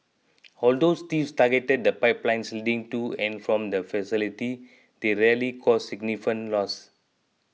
although thieves targeted the pipelines leading to and from the facility they rarely caused significant loss